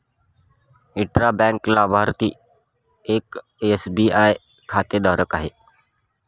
intra bank लाभार्थी एक SBI खातेधारक आहे